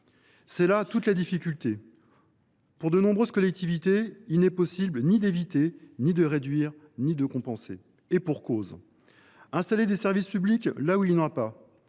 C’est là toute la difficulté. Pour de nombreuses collectivités territoriales, il n’est possible ni d’éviter, ni de réduire, ni de compenser, et pour cause : installer des services publics là où il n’y en a pas,